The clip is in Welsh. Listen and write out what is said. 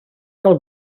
gael